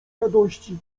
radości